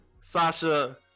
Sasha